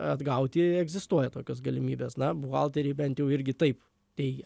atgauti egzistuoja tokios galimybės na buhalteriai bent jau irgi taip teigia